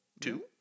two